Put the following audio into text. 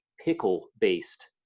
pickle-based